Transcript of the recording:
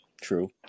True